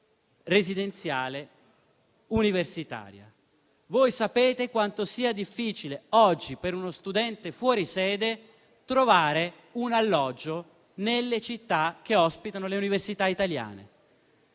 residenziale universitaria. Voi sapete quanto sia difficile oggi per uno studente fuori sede trovare un alloggio nelle città che ospitano le università italiane.